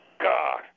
God